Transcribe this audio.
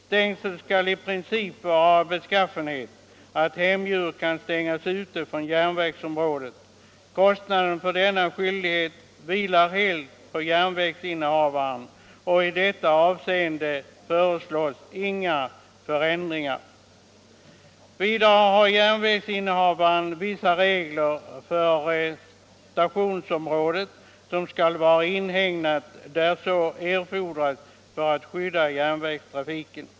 Stängsel skall i princip vara av beskaffenhet att hemdjur kan stängas ute från järnvägsområdet. Kostnaden för denna skyldighet vilar helt på järnvägsinnehavaren. I detta avseende föreslås inga förändringar. Vidare gäller för järnvägsinnehavaren vissa regler om att stationsområdet skall vara inhägnat, där så erfordras för att skydda järnvägstrafiken.